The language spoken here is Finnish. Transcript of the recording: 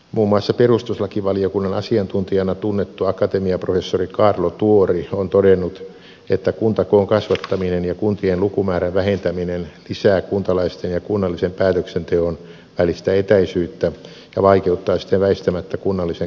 muun muassa perustuslakivaliokunnan asiantuntijana tunnettu akatemiaprofessori kaarlo tuori on todennut että kuntakoon kasvattaminen ja kuntien lukumäärän vähentäminen lisää kuntalaisten ja kunnallisen päätöksenteon välistä etäisyyttä ja vaikeuttaa siten väistämättä kunnallisen kansanvallan toteuttamista